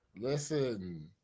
Listen